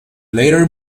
later